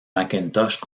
macintosh